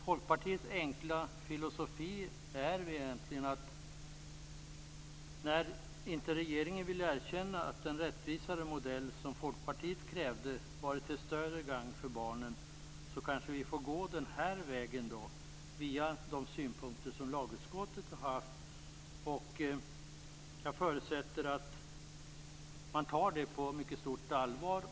Folkpartiets enkla filosofi är att när regeringen inte vill erkänna att den rättvisare modell som Folkpartiet krävde hade varit till större gagn för barnen kanske vi i stället får gå den här vägen, via de synpunkter som lagutskottet har fört fram. Jag förutsätter att man tar det på mycket stort allvar.